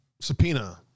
subpoena